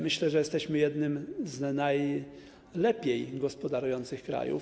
Myślę, że jesteśmy jednym z najlepiej gospodarujących krajów.